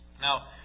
Now